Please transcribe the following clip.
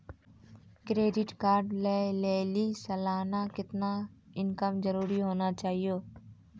Credit card लय लेली सालाना कितना इनकम जरूरी होना चहियों?